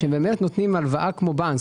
שבאמת נותנים הלוואה כמו בנק.